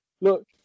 Look